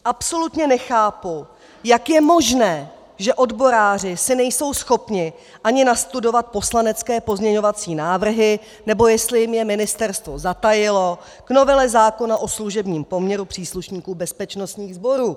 Absolutně nechápu, jak je možné, že odboráři si nejsou schopni ani nastudovat poslanecké pozměňovací návrhy, nebo jestli jim je ministerstvo zatajilo, k novele zákona o služebním poměru příslušníků bezpečnostních sborů.